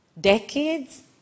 decades